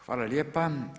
Hvala lijepa.